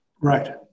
right